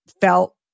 felt